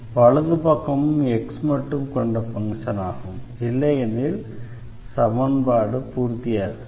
வலது பக்கமும் x மட்டும் கொண்ட ஃபங்ஷன் ஆகும் இல்லையெனில் சமன்பாடு பூர்த்தியாகாது